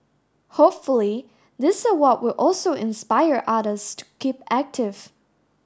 hopefully this award will also inspire others to keep active